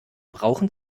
brauchen